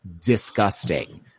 disgusting